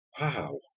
Wow